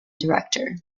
director